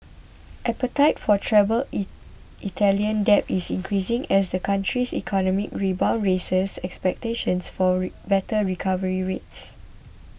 appetite for troubled Italian debt is increasing as the country's economic rebound raises expectations for better recovery rates